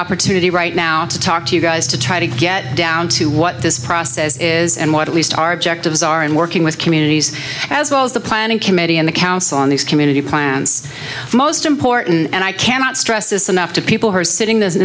opportunity right now to talk to you guys to try to get down to what this process is and what at least our objectives are in working with communities as well as the planning committee and the council on these community plants most important and i cannot stress this enough to people who are sitting there i